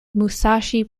musashi